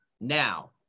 Now